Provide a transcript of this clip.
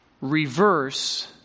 reverse